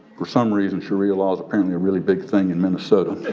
for some reason sharia law is apparently a really big thing in minnesota,